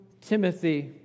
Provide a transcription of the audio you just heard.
Timothy